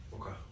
Okay